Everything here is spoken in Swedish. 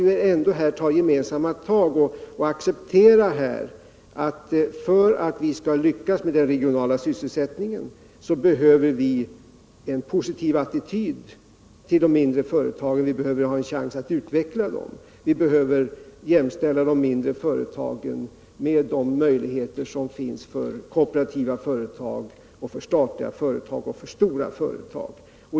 Man måste ta gemensamma tag och acceptera att vi, för att lyckas med den regionala sysselsättningen, behöver en positiv attityd mot de mindre företagen, vi behöver en chans att utveckla dem och vi behöver jämställa möjligheterna för de mindre företagen med de möjligheter som finns för kooperativa, statliga och stora företag.